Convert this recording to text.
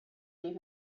leave